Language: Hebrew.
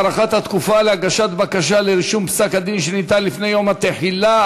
הארכת התקופה להגשת בקשה לרישום פסק-דין שניתן לפני יום התחילה),